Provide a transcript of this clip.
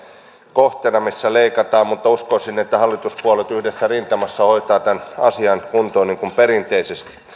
kohteena se mistä leikataan mutta uskoisin että hallituspuolueet yhdessä rintamassa hoitavat tämän asian kuntoon niin kuin perinteisesti